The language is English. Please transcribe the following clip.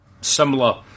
similar